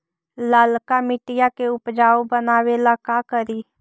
लालका मिट्टियां के उपजाऊ बनावे ला का करी?